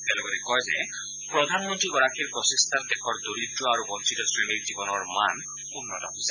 তেওঁ লগতে কয় যে প্ৰধানমন্ত্ৰী গৰাকীৰ প্ৰচেষ্টাত দেশৰ দৰিদ্ৰ আৰু বঞ্চিত শ্ৰেণীৰ জীৱনৰ মান উন্নত হৈছে